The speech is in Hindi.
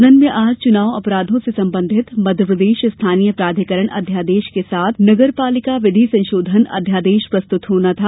सदन में आज चुनाव अपराधों से संबंधित मध्यप्रदेश स्थानीय प्राधिकरण अध्यादेश के साथ नगरपालिका विधि संशोधन अध्यादेश प्रस्तुत होना था